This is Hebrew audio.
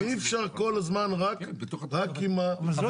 יש שיקולים פרוגרמטיים כמו שאמר חבר